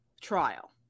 trial